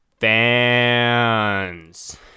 fans